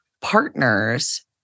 partners